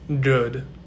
good